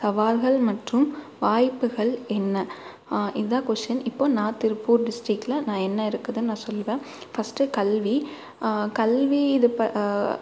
சவால்கள் மற்றும் வாய்புகள் என்ன இதான் கொஸ்டின் இப்போ நான் திருப்பூர் டிஸ்ட்ரிக்கில் நான் என்ன இருக்குதுன்னு நான் சொல்லுவேன் ஃபர்ஸ்ட்டு கல்வி கல்வி இது ப